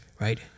Right